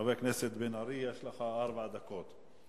חבר הכנסת בן-ארי, יש לך ארבע דקות.